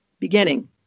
Beginning